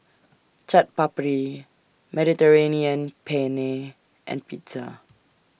Chaat Papri Mediterranean Penne and Pizza